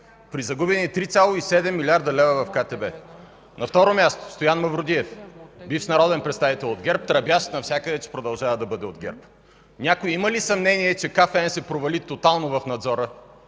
при загубени 3,7 млрд. лв. в КТБ?! На второ място, Стоян Мавродиев, бивш народен представител от ГЕРБ, тръбящ навсякъде, че продължава да бъде от ГЕРБ. Някой има ли съмнение, че Комисията за финансов надзор